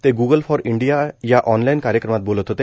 ते Google for India या online कार्यक्रमात बोलत होते